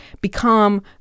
become